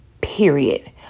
period